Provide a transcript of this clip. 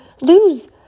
lose